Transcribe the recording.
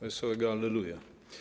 Wesołego Alleluja!